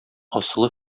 асылы